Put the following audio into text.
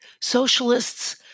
socialists